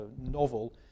novel